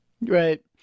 Right